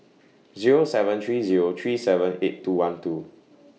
Zero seven three Zero three seven eight two one two